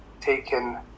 taken